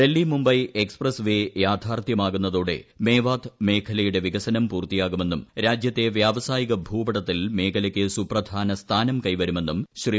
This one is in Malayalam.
ഡൽഹി മുംബൈ എക്സ്പ്രസ്ട്രവേ യാഥാർത്ഥ്യമാകുന്നതോടെ മേവാത് മേഖലയുടെ വിക്ടസ്നം പൂർത്തിയാകുമെന്നും രാജ്യത്തെ വ്യാവസായിക ഭൂപടത്തിൽ മേഖലയ്ക്ക് സുപ്രധാന സ്ഥാനം കൈവരുമെന്നും ശ്രീ